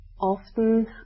Often